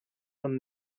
van